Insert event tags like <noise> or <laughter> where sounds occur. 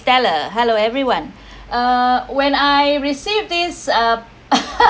stellar hallo everyone uh when I received this uh <coughs>